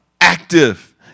active